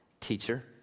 teacher